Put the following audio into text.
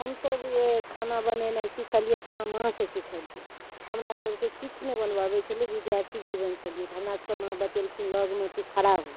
हमसभ जे खाना बनेनाइ सिखलिए अपना माँसँ सिखलिए हमरासभके किछु नहि बनबै अबै छलै विद्यार्थी जीवन छलिए तऽ हमरासभके माँ बतेलखिन लगमे तू खड़ा हो